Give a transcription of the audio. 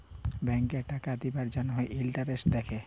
ব্যাংকে টাকা দিবার জ্যনহে ইলটারেস্ট দ্যাখে